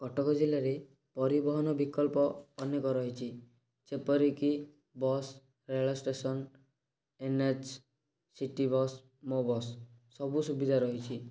କଟକ ଜିଲ୍ଲାରେ ପରିବହନ ବିକଳ୍ପ ଅନେକ ରହିଛି ଯେପରିକି ବସ୍ ରେଳ station NH city bus Mo bus ସବୁ ସୁବିଧା ରହିଛି